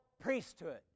priesthood